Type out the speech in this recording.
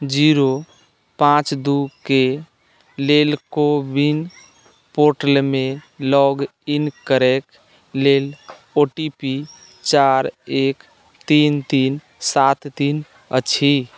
zero पाँच दू के लेल को विन पोर्टलमे लॉग इन करैक लेल ओ टी पी चारि एक तीन तीन सात तीन अछि